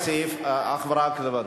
ובכן, 14 בעד,